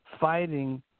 fighting